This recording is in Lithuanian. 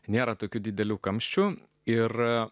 nėra tokių didelių kamščių ir